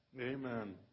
Amen